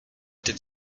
did